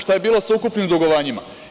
Šta je bilo sa ukupnim dugovanjima?